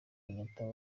kenyatta